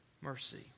mercy